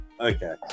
Okay